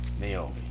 Naomi